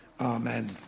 Amen